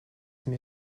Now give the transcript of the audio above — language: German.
mir